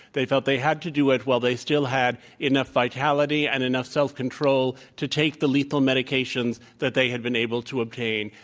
they felt they had to do it while they still had enough vitality and enough self control to take the lethal medications that they had been able to obtain.